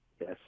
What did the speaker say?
Yes